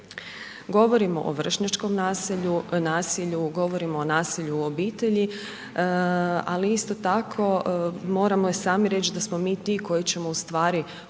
Govorimo o vršnjačkom nasilju, govorimo o nasilju u obitelji ali isto tako moramo i sami reći da smo mi ti koji ćemo ustvari od